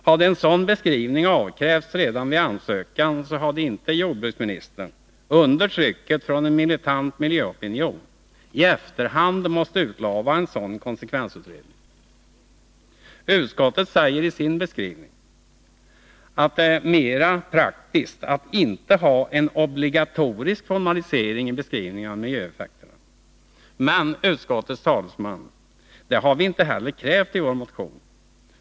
Hade en sådan beskrivning avkrävts redan vid ansökan, så hade inte jordbruksministern — under trycket från en militant miljöopinion — i efterhand måst utlova en sådan konsekvensutredning. Utskottet säger i sin skrivning att det är mera praktiskt att inte ha en obligatorisk formalisering i beskrivningen av miljöeffekterna. Men, utskottets talesman, det har vi inte heller krävt i vår motion.